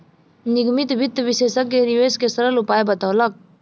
निगमित वित्त विशेषज्ञ निवेश के सरल उपाय बतौलक